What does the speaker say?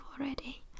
already